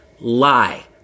Lie